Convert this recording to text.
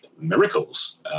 miracles